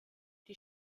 die